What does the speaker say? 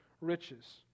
riches